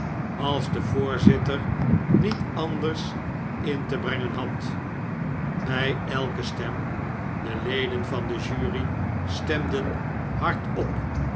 als de voorzitter niet anders in te brengen had bij elke stem de leden van de jury stemden hardop